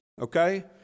Okay